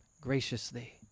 graciously